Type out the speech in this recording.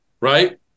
right